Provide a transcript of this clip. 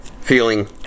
feeling